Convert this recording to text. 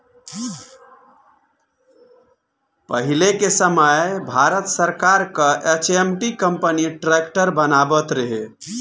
पहिले के समय भारत सरकार कअ एच.एम.टी कंपनी ट्रैक्टर बनावत रहे